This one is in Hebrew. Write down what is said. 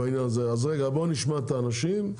בואו נשמע את האנשים,